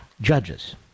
judges